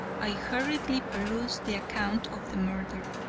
i hurriedly perused the account of the murder.